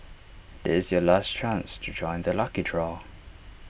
this is your last chance to join the lucky draw